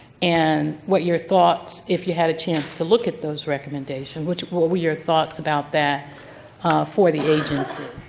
and what your thoughts, if you had a chance to look at those recommendations, what were were your thoughts about that for the agency?